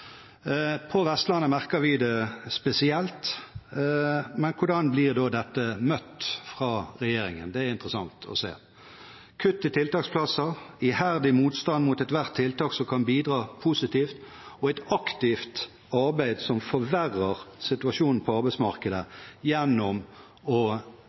på Vestlandet. Hvordan blir så dette møtt av regjeringen? Jo, det er interessant å se: kutt i tiltaksplasser, iherdig motstand mot ethvert tiltak som kan bidra positivt, og et aktivt arbeid som forverrer situasjonen på arbeidsmarkedet gjennom å lovfeste adgang til midlertidige ansettelser, noe som vil undergrave arbeidsmarkedet og